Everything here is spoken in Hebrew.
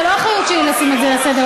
זאת לא אחריות שלי לשים את זה על סדר-היום,